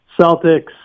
Celtics